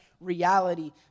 reality